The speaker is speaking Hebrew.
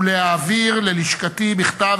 הייתי מבקש ליידע את